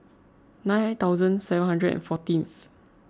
nine thousand seven hundred and fourteenth